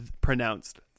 pronounced